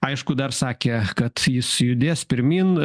aišku dar sakė kad jis judės pirmyn